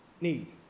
need